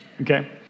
okay